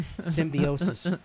symbiosis